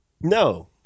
no